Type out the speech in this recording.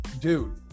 dude